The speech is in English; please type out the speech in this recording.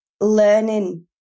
learning